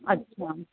अच्छा